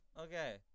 Okay